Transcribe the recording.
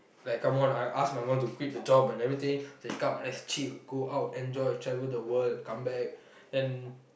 like come on I ask my mum to quit the job and everything say come let's chill go out enjoy travel the world come back then